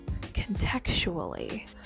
contextually